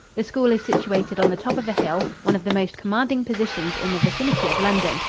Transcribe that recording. the school is situated on the top of a hill, one of the most commanding positions in the vicinity of london,